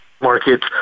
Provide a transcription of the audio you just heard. markets